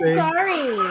sorry